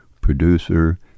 producer